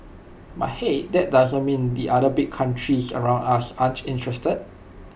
but hey that doesn't mean the other big countries around us aren't interested